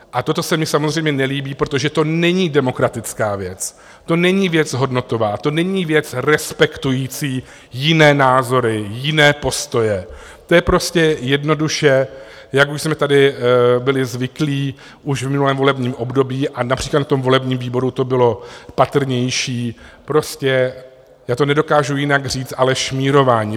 A toto se mi samozřejmě nelíbí, protože to není demokratická věc, to není věc hodnotová, to není věc respektující jiné názory, jiné postoje, to je prostě a jednoduše, jak už jsme tady byli zvyklí už v minulém volebním období, a například v tom volebním výboru to bylo patrnější, prostě já to nedokážu jinak říct, ale šmírování.